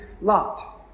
Lot